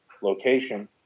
location